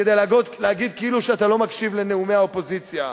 כדי להגיד כאילו אתה לא מקשיב לנאומי האופוזיציה.